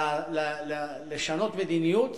לשנות מדיניות.